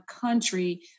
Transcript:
country